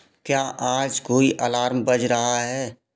क्या आज कोई अलार्म बज रहा है